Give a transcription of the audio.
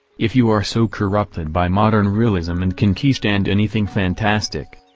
if you are so corrupted by modern realism and can t stand anything fantastic.